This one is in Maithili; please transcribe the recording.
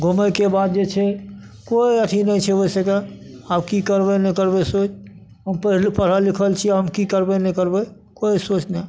घुमैके बाद जे छै कोइ अथी नहि छै ओहि सिकए आब की करबै नहि करबै से हम पहिले पढ़ल लिखल छियै हम की करबै नहि करबै कोइ सोर्स नहि